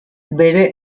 bere